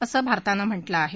असं भारतानं म्हटलं आहे